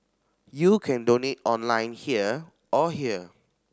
you can donate online here or here